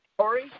Sorry